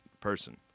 person